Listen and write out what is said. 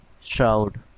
Shroud